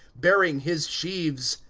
bearing his sheaves,